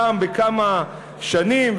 פעם בכמה שנים,